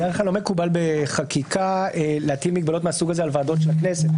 בדרך כלל לא מקובל בחקיקה להטיל מגבלות מהסוג הזה על ועדות של הכנסת,